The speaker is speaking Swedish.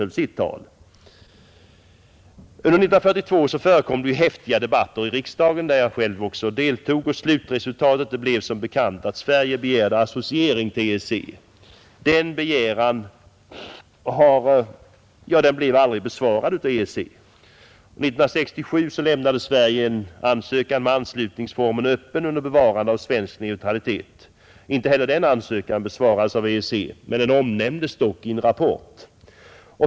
Under 1962 förekom häftiga debatter i riksdagen, där jag själv också deltog, och slutresultatet blev som bekant att Sverige begärde associering till EEC. Denna begäran blev aldrig besvarad av EEC. 1967 inlämnade Sverige en ansökan med anslutningsformen öppen under bevarande av svensk neutralitet. Inte heller denna ansökan besvarades av EEC, men den omnämndes dock i en rapport.